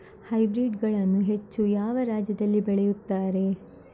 Hybrid ಗಳನ್ನು ಹೆಚ್ಚು ಯಾವ ರಾಜ್ಯದಲ್ಲಿ ಬೆಳೆಯುತ್ತಾರೆ?